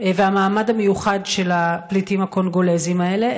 והמעמד המיוחד של הפליטים הקונגולזים האלה,